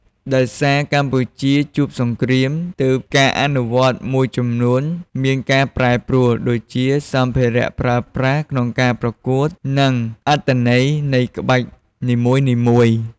ដោយសារកម្ពុជាជួបសង្គ្រាម ទើបការអនុវត្តមួយចំនួនមានការប្រែប្រួល ដូចជា សំភារៈប្រើប្រាស់ក្នុងការប្រកួត និងអត្ថន័យនៃក្បាច់នីមួយៗ។